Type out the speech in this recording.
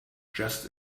just